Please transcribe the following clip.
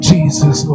Jesus